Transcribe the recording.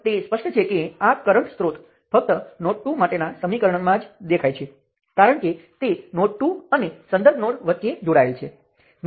તેથી તે હજી પણ તમને અસંગતતા આપે છે પરંતુ એકવાર તમે સર્કિટ દોરો પછી મેશ વિશે કોઈ અસંગતતા નથી